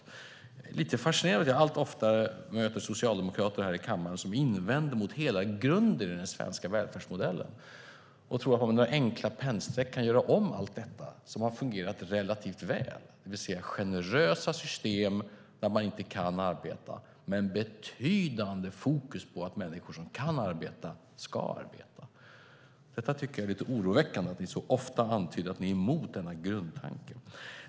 Jag är lite fascinerad över att jag allt oftare möter socialdemokrater här i kammaren som invänder mot hela grunden i den svenska välfärdsmodellen och tror att man med några enkla pennstreck kan göra om allt detta som har fungerat relativt väl, det vill säga generösa system när man inte kan arbeta men betydande fokus på att människor som kan arbeta ska arbeta. Jag tycker att det är lite oroväckande att ni så ofta antyder att ni är emot denna grundtanke.